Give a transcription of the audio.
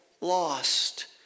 lost